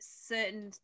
certain